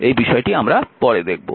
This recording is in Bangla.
এই বিষয়টি আমরা পরে দেখব